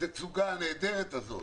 התצוגה הנהדרת הזאת